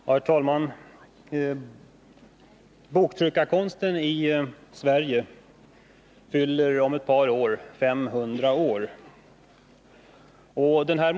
Herr talman! Boktryckarkonsten i Sverige fyller om ett par år 500 år.